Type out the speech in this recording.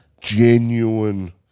genuine